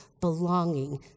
belonging